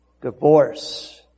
divorce